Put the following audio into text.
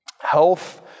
health